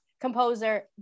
composer